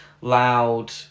loud